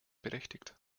berechtigt